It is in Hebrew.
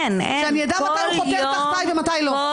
שאני אדע מתי הוא חותר תחתיי ומתי לא.